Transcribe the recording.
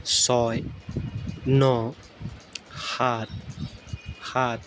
ছয় ন সাত সাত